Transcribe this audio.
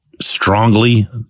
strongly